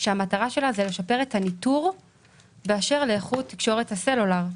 שהמטרה שלה היא לשפר את הניטור באשר לאיכות תקשורת הסלולר.